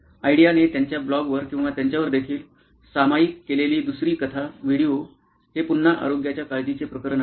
आयडियाने त्यांच्या ब्लॉगवर किंवा त्यांच्यावर देखील सामायिक केलेली दुसरी कथा व्हिडिओ हे पुन्हा आरोग्याच्या काळजीचे प्रकरण आहे